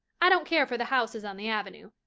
i don't care for the houses on the avenue.